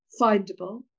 findable